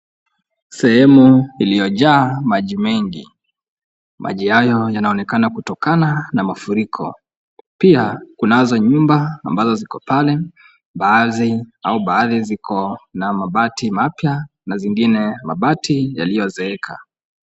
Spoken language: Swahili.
Sehemu iliyo jaa maji mengi. Maji hayo yanaonekana kutokana na mafuriko. Pia kunazo nyumba ambazo ziko pale, baadhi au baadhi ziko na mabati mapya na zingine mabati yaliyozeeka.